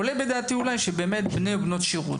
עולה בדעתי בני ובנות שירות,